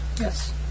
Yes